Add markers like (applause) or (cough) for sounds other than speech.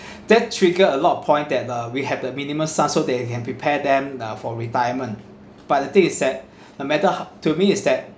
that trigger a lot point that uh we have the minimum sum so they can prepare them uh for retirement but the thing is that (breath) no matter ho~ to me is that